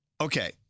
Okay